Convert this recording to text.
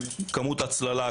כמות הצללה,